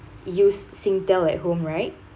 use Singtel at home right